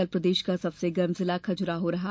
कल प्रदेश का सबसे गर्म जिला खज़ुराहो रहा